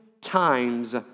times